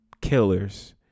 killers